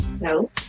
No